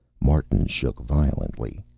martin shook violently.